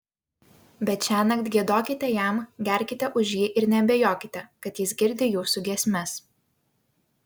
bet šiąnakt giedokite jam gerkite už jį ir neabejokite kad jis girdi jūsų giesmes